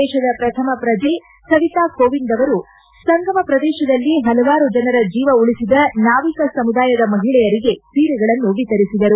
ದೇಶದ ಶ್ರಥಮ ಶ್ರಜೆ ಸವಿತಾ ಕೋವಿಂದ್ ಅವರು ಸಂಗಮ ಶ್ರದೇಶದಲ್ಲಿ ಹಲವಾರು ಜನರ ಜೀವ ಉಳಿಸಿದ ನಾವಿಕ ಸಮುದಾಯದ ಮಹಿಳೆಯರಿಗೆ ಸೀರೆಗಳನ್ನು ವಿತರಿಸಿದರು